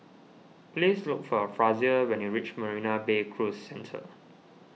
please look for Frazier when you reach Marina Bay Cruise Centre